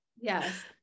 Yes